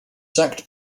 sacked